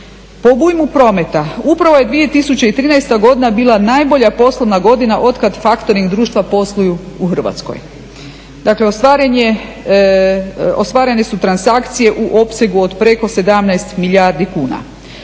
obujmu prometa upravo je 2013. godina bila najbolja poslovna godina otkad faktoring društva posluju u Hrvatskoj. Dakle ostvarene su transakcije u opsegu od preko 17 milijardi kuna.